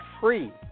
free